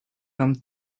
nam